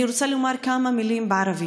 אני רוצה לומר כמה מילים בערבית.